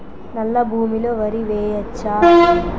నల్లా భూమి లో వరి వేయచ్చా?